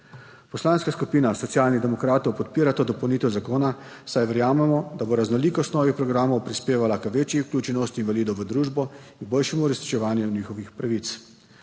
Poslanska skupina Socialnih demokratov podpira to dopolnitev zakona, saj verjamemo, da bo raznolikost novih programov prispevala k večji vključenosti invalidov v družbo in k boljšemu uresničevanju njihovih pravic.